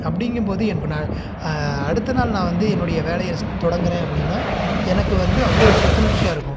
அப்படிங்கம்போது எனக்கு நான் அடுத்தநாள் நான் வந்து என்னுடைய வேலையை தொடங்குகிறேன் அப்படின்னா எனக்கு வந்து அவ்வளோவு புத்துணர்ச்சியாக இருக்கும்